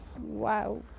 Wow